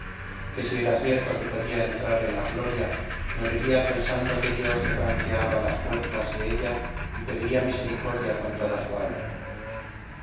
que si era cierto que podía entrar en la gloria moriría pensando que dios le franqueaba las puertas de ella y pediría misericordia con toda su alma